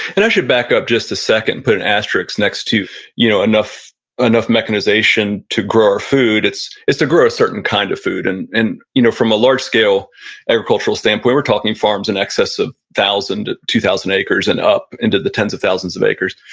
and i should back up just a second, put an asterisks next to you know enough enough mechanization to grow our food. it's it's to grow a certain kind of food. and you know from a large scale agricultural standpoint, we're talking farms in excess of one thousand, two thousand acres and up into the tens of thousands of acres.